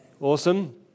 Awesome